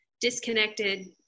disconnected